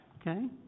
Okay